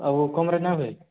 ଆଉ କମ୍ ରେଟ୍ ନାଇଁ ହୁଏ